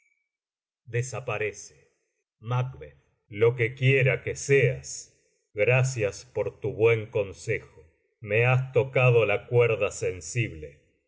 voy desaparece macb lo que quiera que seas gracias por tu buen consejo me has tocado la cuerda sensible